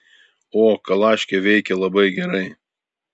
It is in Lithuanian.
o kalaškė veikia labai gerai